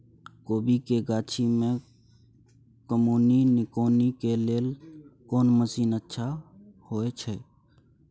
कोबी के गाछी में कमोनी निकौनी के लेल कोन मसीन अच्छा होय छै?